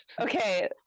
Okay